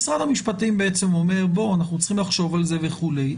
משרד המשפטים בעצם אומר: אנחנו צריכים לחשוב על זה וכולי.